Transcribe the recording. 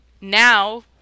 now